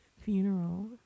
funeral